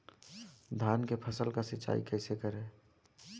धान के फसल का सिंचाई कैसे करे?